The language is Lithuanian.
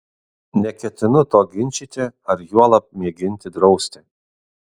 neketinu to ginčyti ar juolab mėginti drausti